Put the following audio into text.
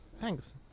Thanks